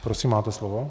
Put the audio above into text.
Prosím, máte slovo.